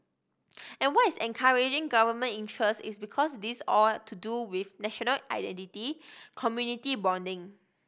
and what is encouraging Government interest is because this all to do with national identity community bonding